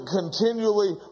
continually